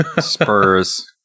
Spurs